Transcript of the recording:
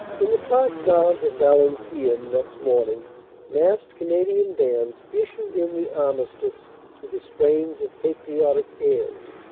in the place d armes of valenciennes next morning massed canadian bands issue in the armistice to the strains of patriotic airs.